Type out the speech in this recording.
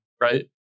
Right